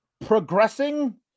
progressing